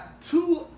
two